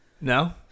No